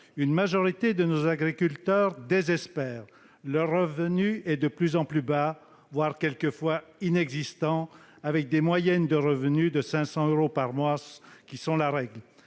une majorité de nos agriculteurs désespère. Leur revenu est de plus en plus bas, voire parfois inexistant. Des moyennes de revenus de 500 euros par mois sont la règle.